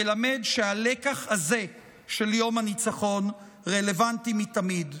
מלמד שהלקח הזה של יום הניצחון רלוונטי מתמיד.